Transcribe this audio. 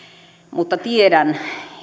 mutta tiedän